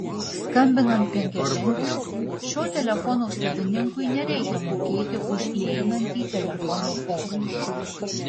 skambinant penkiaženkliu šio telefono savininkui nereikia mokėti už įeinantį telefono pokalbį